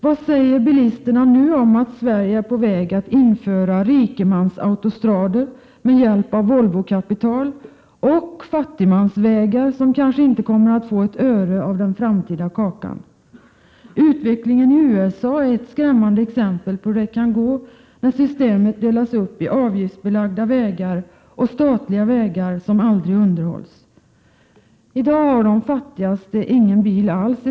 Vad säger bilisterna nu om att Sverige är på väg att införa rikemansautostrador med hjälp av Volvokapital och fattigmansvägar, som kanske inte kommer att få ett öre av den framtida kakan? Utvecklingen i USA är ett skrämmande exempel på hur det kan gå när vägsystemet delas uppi avgiftsbelagda vägar och statliga vägar, som aldrig underhålls. I dag har de fattigaste i Sverige ingen bil alls.